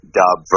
dub